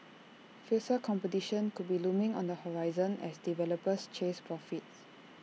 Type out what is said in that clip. fiercer competition could be looming on the horizon as developers chase profits